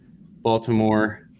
Baltimore-